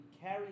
carry